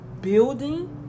building